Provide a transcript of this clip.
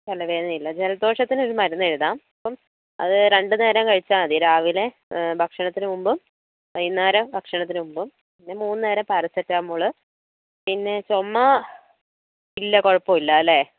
തലവേദന ഇല്ല ജലദോഷത്തിന് ഒരു മരുന്ന് എഴുതാം അപ്പം അത് രണ്ട് നേരം കഴിച്ച മതി രാവിലേയും ഭക്ഷണത്തിന് മുമ്പും വൈകുന്നേരം ഭക്ഷണത്തിന് മുമ്പും പിന്നെ മൂന്ന് നേരം പാരസെറ്റോമോളും പിന്നെ ചുമക്ക് ഇല്ല കുഴപ്പമില്ല അല്ലെ